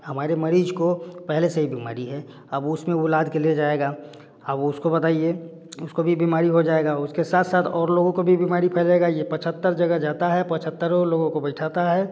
हमारे मरीज़ को पहले से ही बीमारी है अब उसमें वह लाद के ले जाएगा अब उसको बताइए उसको भी बीमारी हो जाएगी उसके साथ साथ और लोगों को भी बीमारी फैलेगी यह पचहत्तर जगह जाता है पचहत्तरों लोगों को बिठाता है